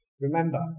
Remember